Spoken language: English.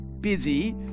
busy